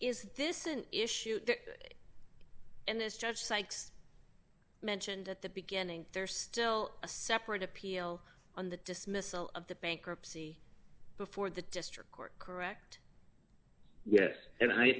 is this an issue and this judge sykes mentioned at the beginning there still a separate appeal on the dismissal of the bankruptcy before the district court correct yes and i